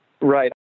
Right